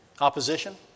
opposition